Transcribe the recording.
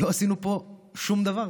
לא עשינו פה שום דבר.